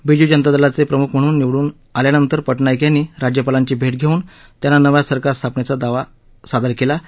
बीजू जनता दलाचे प्रमुख म्हणून निवडून अल्यानंतर पटनाईक यांनी राज्यपालांची भेट घेऊन त्यांना नव्या सरकार स्थापनेचा दावा केला होता